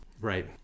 Right